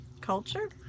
culture